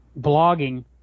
blogging